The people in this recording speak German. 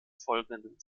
folgenden